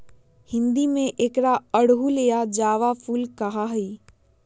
हिंदी में एकरा अड़हुल या जावा फुल कहा ही